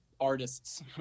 artists